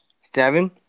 Seven